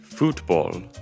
Football